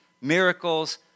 miracles